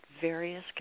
various